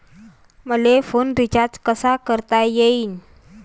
मले phone recharge कसा करता येईन?